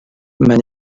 mar